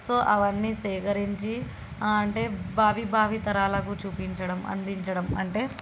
so అవన్నీ సేకరించి అంటే భావి భావి తారాలకు చూపించడం అందించడం అంటే